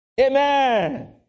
Amen